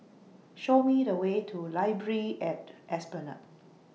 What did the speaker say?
Show Me The Way to Library At Esplanade